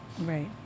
Right